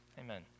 amen